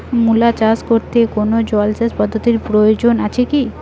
মূলা চাষ করতে কোনো জলসেচ পদ্ধতির প্রয়োজন আছে কী?